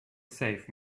save